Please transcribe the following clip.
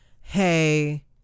hey